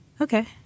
Okay